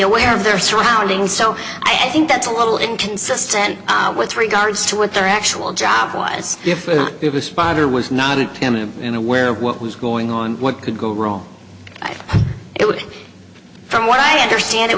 aware of their surroundings so i think that's a little inconsistent with regards to what their actual job was if this father was not in him and aware of what was going on what could go wrong it would from what i understand it